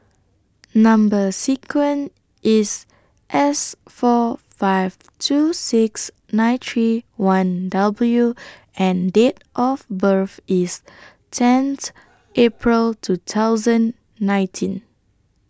Number sequence IS S four five two six nine three one W and Date of birth IS tenth April two thousand nineteen